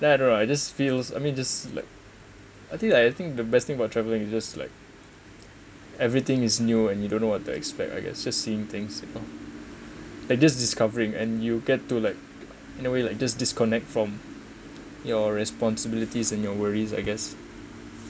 that I don't know I just feel I mean just like I think like I think the best thing about travelling it's just like everything is new and you don't know what to expect I guess just seeing things you know like just discovering and you get to like in a way like just disconnect from your responsibilities and your worries I guess